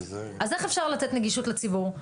אז איך אפשר לתת נגישות לציבור?